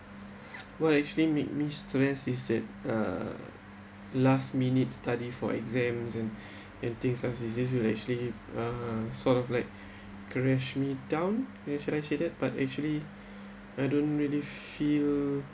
what actually made me stress is that uh last minute study for exams and and things like you see is actually uh sort of like crush me down should I say that but actually I don't really feel